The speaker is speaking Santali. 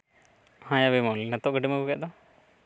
ᱦᱮᱸ ᱵᱤᱢᱚᱞ ᱱᱤᱛᱚᱜ ᱜᱟᱹᱰᱤᱢ ᱟᱹᱜᱩ ᱠᱮᱫ ᱫᱚ